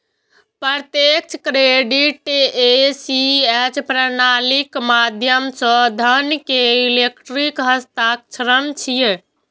प्रत्यक्ष credit ACH प्रणालीक माध्यम सं धन के इलेक्ट्रिक हस्तांतरण छियै